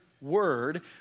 word